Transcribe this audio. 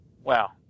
Wow